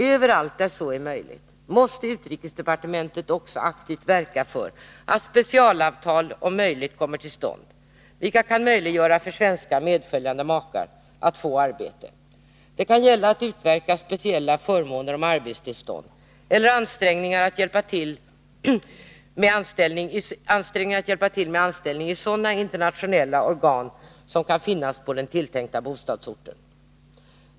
Överallt där så är möjligt måste utrikesdepartementet också aktivt verka för att specialavtal om möjligt kommer till stånd, vilka kan möjliggöra för svenska medföljande makar att få arbeten. Det kan gälla att utverka speciella förmåner om arbetstillstånd eller ansträngningar att hjälpa till med anställning i sådana internationella organisationer som finns på den tilltänkta bostadsorten.